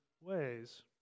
ways